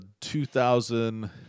2000